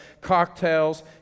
cocktails